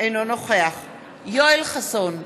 אינו נוכח יואל חסון,